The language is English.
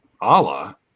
Allah